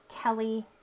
kelly